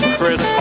Chris